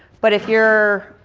but if you're